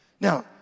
now